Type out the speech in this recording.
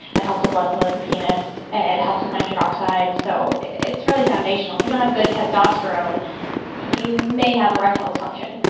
it helps the blood flow to the penis. it helps with nitric oxide so it's really foundational. if you don't have good testosterone you may have erectile dysfunction.